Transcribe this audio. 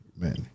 Amen